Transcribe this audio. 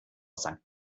sankt